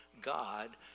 God